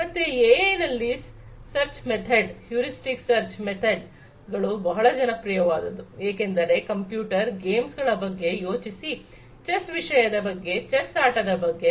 ಮತ್ತೆ ಎಐ ನಲ್ಲಿ search method heuristic search method ಗಳು ಬಹಳ ಜನಪ್ರಿಯವಾದದ್ದು ಏಕೆಂದರೆ ಕಂಪ್ಯೂಟರ್ ಗೇಮ್ಸ್ ಗಳ ಬಗ್ಗೆ ಯೋಚಿಸಿ ಚೆಸ್ ವಿಷಯದ ಬಗ್ಗೆ ಚೆಸ್ ಆಟದ ಬಗ್ಗೆ